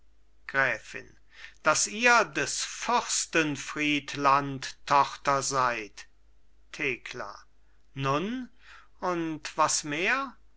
gräfin daß ihr des fürsten friedland tochter seid thekla nun und was mehr